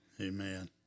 Amen